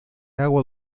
agua